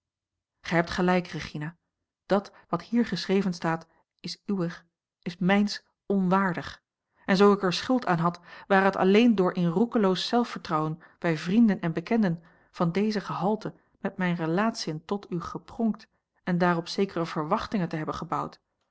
gij hebt gelijk regina dat wat hier geschreven staat is uwer is mijns onwaardig en zoo ik er schuld aan had ware het alleen door in roekeloos zelfvertrouwen bij vrienden en bekenden van deze gehalte met mijne relatiën tot u gepronkt en daarop zekere verwachtingen te hebben gebouwd